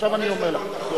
חמש דקות אחרונות.